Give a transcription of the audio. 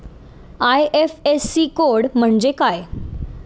IFSC code म्हणजे काय?